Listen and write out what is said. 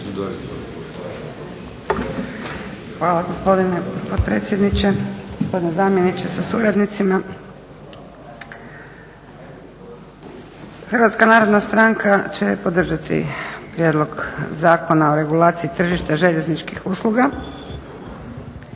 Hvala gospodine potpredsjedniče. Gospodine zamjeniče sa suradnicima. HNS će podržati Prijedlog Zakona o regulaciji tržišta željezničkih usluga.